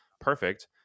perfect